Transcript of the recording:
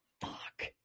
Fuck